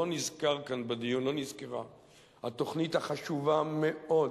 לא נזכרה בדיון התוכנית החשובה מאוד,